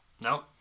No